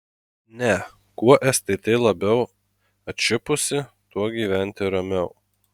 ne kuo stt labiau atšipusi tuo gyventi ramiau